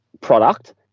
product